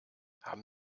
haben